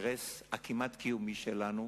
והאינטרס הכמעט קיומי שלנו,